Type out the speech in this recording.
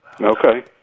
Okay